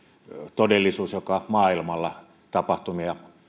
todellisuus joka maailmalla tapahtumia